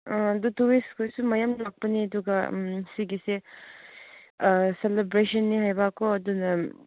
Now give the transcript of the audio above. ꯑꯥ ꯑꯗꯨ ꯇꯨꯔꯤꯁ ꯈꯣꯏꯁꯨ ꯃꯌꯥꯝ ꯂꯥꯛꯄꯅꯦ ꯑꯗꯨꯒ ꯁꯤꯒꯤꯁꯦ ꯁꯦꯂꯦꯕ꯭ꯔꯦꯁꯟꯅꯦ ꯍꯥꯏꯕꯀꯣ ꯑꯗꯨꯅ